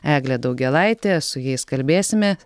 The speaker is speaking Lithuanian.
eglė daugėlaitė su jais kalbėsime